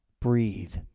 breathe